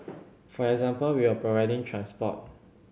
for example we were providing transport